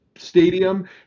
stadium